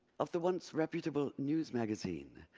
of the once reputable news magazine,